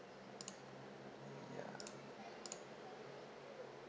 ya